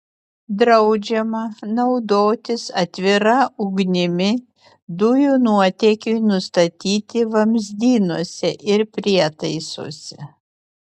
draudžiama naudotis atvira ugnimi dujų nuotėkiui nustatyti vamzdynuose ir prietaisuose